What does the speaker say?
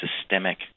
systemic